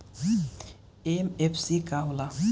MFC का हो़ला?